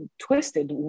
twisted